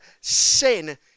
sin